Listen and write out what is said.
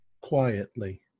quietly